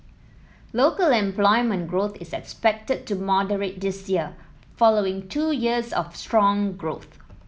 local employment growth is expected to moderate this year following two years of strong growth